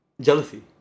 jealousy